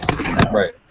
Right